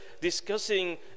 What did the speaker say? discussing